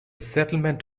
settlement